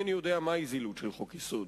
אינני יודע מהי זילות של חוק-יסוד.